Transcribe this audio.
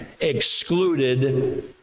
excluded